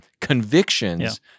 convictions